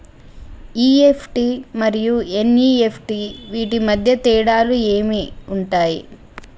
EFT మరియు NEFT వీటి మధ్య తేడాలు ఏమి ఉంటాయి?